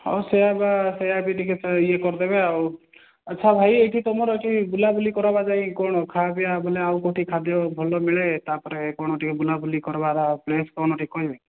ହଁ ଆଉ ସେୟା ବା ସେୟା ବି ଟିକିଏ ଇଏ କରିଦବେ ଆଉ ଆଚ୍ଛା ଭାଇ ଏଇଠି ତୁମର କିଏ ବୁଲାବୁଲି କରିବା ଯାଇ କ'ଣ ଖାଇବା ପିଇବା ବୋଲେ ଆଉ କେଉଁଠି ଖାଦ୍ୟ ଭଲ ମିଳେ ତାପରେ କ'ଣ ଟିକିଏ ବୁଲାବୁଲି କରିବାର ପ୍ଲେସ୍ କ'ଣ ଟିକିଏ କହିବେ